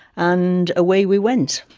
and away we went.